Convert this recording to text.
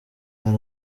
hari